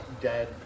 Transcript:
dead